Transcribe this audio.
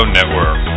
Network